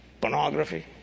Pornography